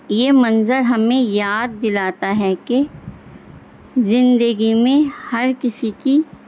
یہ منظر ہمیں یاد دلاتا ہے کہ زندگی میں ہر کسی کی